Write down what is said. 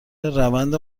روند